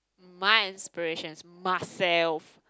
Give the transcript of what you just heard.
my inspiration is myself